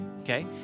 Okay